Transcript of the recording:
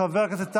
חבר הכנסת טאהא,